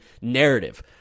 narrative